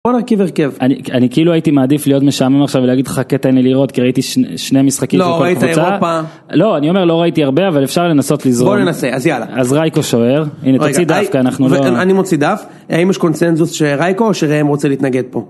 אני כאילו הייתי מעדיף להיות משעמם עכשיו ולהגיד חכה תן לי לראות כי ראיתי שני משחקים לא ראית אירופה לא אני אומר לא ראיתי הרבה אבל אפשר לנסות לזרום בוא ננסה אז יאללה אז רייקו שוער הנה תוציא דף אנחנו לא אני מוציא דף האם יש קונצנזוס של רייקו או שהם רוצים להתנגד פה